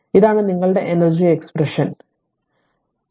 അതിനാൽ ഇതാണ് നിങ്ങളുടെ എനർജി എക്സ്പ്രഷൻ ഇപ്പോൾ ഞാൻ അത് മായ്ക്കട്ടെ